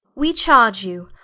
we charge you,